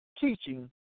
teaching